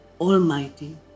Almighty